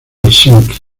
helsinki